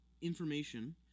information